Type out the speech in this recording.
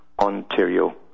Ontario